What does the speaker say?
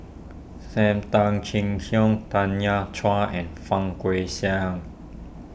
Sam Tan Chin Siong Tanya Chua and Fang Guixiang